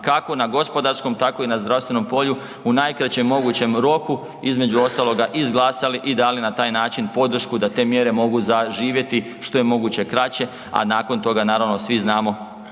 kako na gospodarskom, tako i na zdravstvenom polju, u najkraćem mogućem roku, između ostaloga, izglasali i dali na taj način podršku da te mjere mogu zaživjeti što je moguće kraće, a nakon toga, naravno, svi znamo,